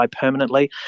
permanently